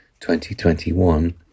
2021